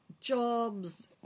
jobs